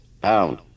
Pound